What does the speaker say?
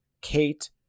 Kate